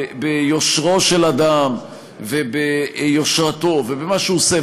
ביושרו של אדם וביושרתו ובמה הוא עושה,